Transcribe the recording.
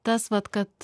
tas vat kad